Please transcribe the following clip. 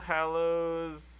Hallows